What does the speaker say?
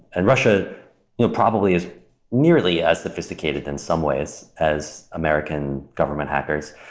and russia you know probably is nearly as sophisticated in some ways as american government hackers,